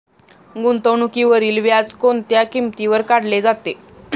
गुंतवणुकीवरील व्याज कोणत्या किमतीवर काढले जाते?